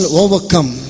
overcome